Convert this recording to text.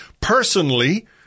Personally